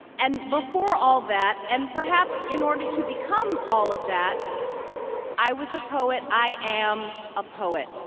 and before all that and perhaps in order to become all of that i was a poet, i am a poet.